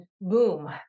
boom